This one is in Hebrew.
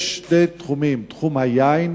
יש שני תחומים, תחום היין